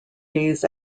days